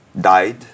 died